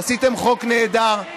עשיתם חוק נהדר,